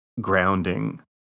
grounding